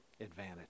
advantage